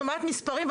שומעת מספרים,